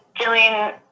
Jillian